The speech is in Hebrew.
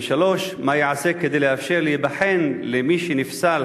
3. מה ייעשה כדי לאפשר להיבחן למי שנפסל,